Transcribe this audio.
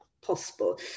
possible